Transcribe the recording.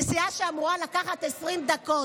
נסיעה שאמורה לקחת 20 דקות.